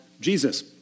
Jesus